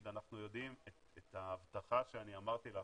נגיד שאנחנו יודעים את הבטחה שאמרתי לך,